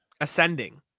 ascending